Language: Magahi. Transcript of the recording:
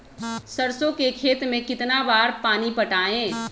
सरसों के खेत मे कितना बार पानी पटाये?